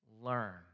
learn